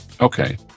Okay